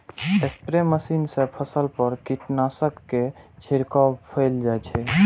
spray machine सं फसल पर कीटनाशक के छिड़काव कैल जाइ छै